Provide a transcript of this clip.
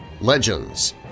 legends